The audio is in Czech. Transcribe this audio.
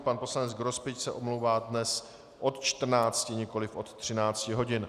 Pan poslanec Grospič se omlouvá dnes od 14, nikoliv od 13 hodin.